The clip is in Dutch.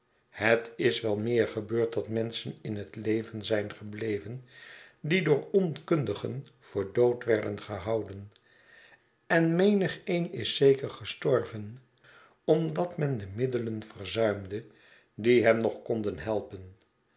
het is wel meer gebeurd dat menschen in het leven zijn gebleven die door onkundigen voor dood werden gehouden en menigeen is zeker gestorven omdat men de middelen verzuimde die hem nog konden helpen